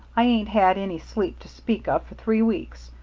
i ain't had any sleep to speak of for three weeks.